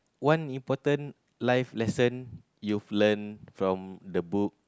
one important life lesson you've learnt from the book